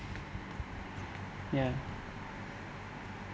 ya